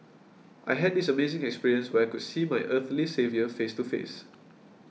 I had this amazing experience where I could see my earthly saviour face to face